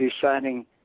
deciding